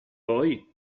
poi